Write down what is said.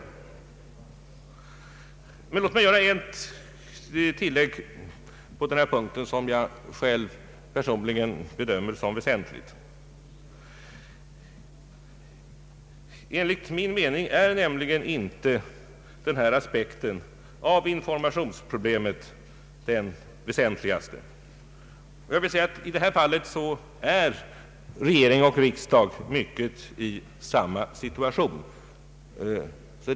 Låt mig göra ett tillägg på den här punkten som jag personligen bedömer som väsentligt. Enligt min mening är inte den här aspekten på informationsproblemet den viktigaste. I detta fall är regering och riksdag till stor del i samma situation.